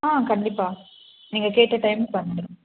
ஆ கண்டிப்பாக நீங்கள் கேட்ட டைமுக்கு வந்துடும்